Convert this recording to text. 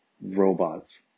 robots